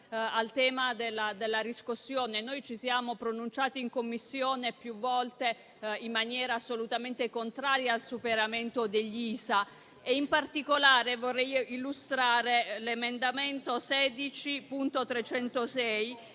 al tema della riscossione. Noi ci siamo pronunciati in Commissione più volte in maniera assolutamente contraria al superamento degli ISA. In particolare vorrei illustrare l'emendamento 16.306,